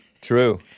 true